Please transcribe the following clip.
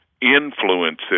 influences